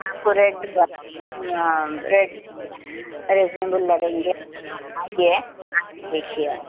آپ کو rate rate بھی رینیزبل لگائیں گے آپ آئیے آپ دیکھیے آپ